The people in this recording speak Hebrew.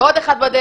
ועוד אחד בדרך.